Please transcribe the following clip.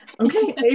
okay